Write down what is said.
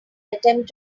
attempt